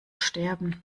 sterben